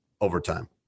overtime